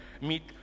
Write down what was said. meet